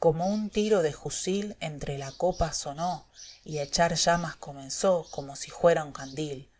como un tiro de jusil entre la copa sonó y a echar uamas comenzó como si juera un candil